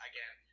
Again